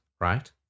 right